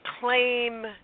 claim